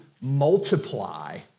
multiply